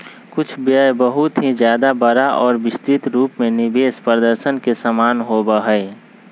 कुछ व्यय बहुत ही ज्यादा बड़ा और विस्तृत रूप में निवेश प्रदर्शन के समान होबा हई